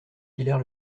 hilaire